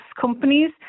companies